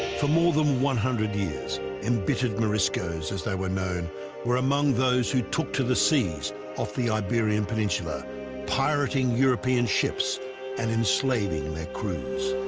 for more than one hundred years embittered moriscos as they were known were among those who took to the seas off the iberian peninsula pirating european ships and enslaving their crews